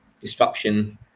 disruption